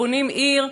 בונים עיר,